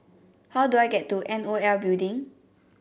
how do I get to N O L Building